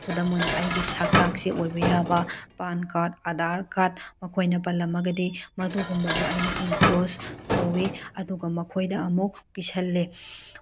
ꯈꯨꯗꯝ ꯑꯣꯏꯅ ꯑꯩꯒꯤ ꯁꯛꯇꯥꯛ ꯆꯦ ꯑꯣꯏꯕ ꯌꯥꯕ ꯄꯥꯟ ꯀꯥꯔꯗ ꯑꯥꯙꯔ ꯀꯥꯔꯗ ꯃꯈꯣꯏꯅ ꯄꯥꯜꯂꯝꯃꯒꯗꯤ ꯃꯗꯨꯒꯨꯝꯕꯗꯣ ꯑꯩꯅ ꯏꯟꯀ꯭ꯂꯣꯁ ꯇꯧꯋꯤ ꯑꯗꯨꯒ ꯃꯈꯣꯏꯗ ꯑꯃꯨꯛ ꯄꯤꯁꯤꯜꯂꯤ